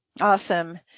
Awesome